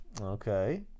Okay